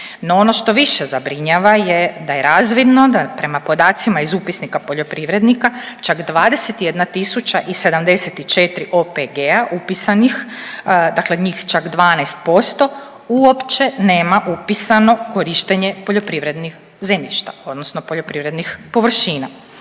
No ono što više zabrinjava je da je razvidno da prema podacima iz upisnika poljoprivrednika čak 21.074 OPG-a upisanih dakle njih čak 12% uopće nema upisano korištenje poljoprivrednih zemljišta odnosno poljoprivrednih površina.